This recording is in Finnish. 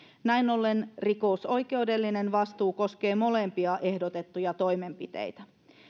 näin ollen rikosoikeudellinen vastuu koskee molempia ehdotettuja toimenpiteitä